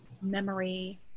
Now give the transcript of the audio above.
memory